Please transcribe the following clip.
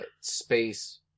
space